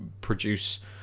produce